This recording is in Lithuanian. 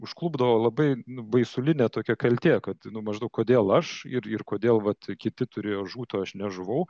užklupdavo labai nu baisulinė tokia kaltė kad nu maždaug kodėl aš ir ir kodėl vat kiti turėjo žūt o aš nežuvau